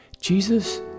Jesus